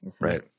right